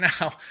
now